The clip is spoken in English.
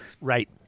Right